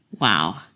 Wow